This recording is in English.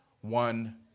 one